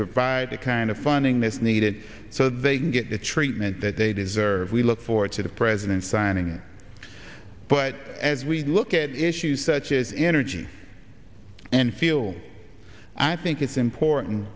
provide the kind of funding this needed so they can get the treatment that they deserve we look forward to the president signing but as we look at issues such as energy and feel i think it's